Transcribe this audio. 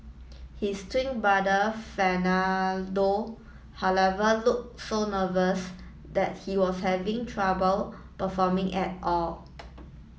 his twin brother Fernando however looked so nervous that he was having trouble performing at all